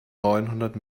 neunhundert